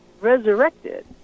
resurrected